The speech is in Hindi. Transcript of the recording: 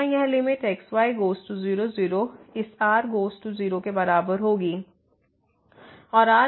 तो यहाँ यह limit x y goes to 0 0 इस r गोज़ टू 0 के बराबर होगी